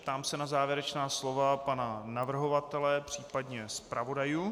Ptám se na závěrečná slova pana navrhovatele, případně zpravodajů.